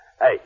Hey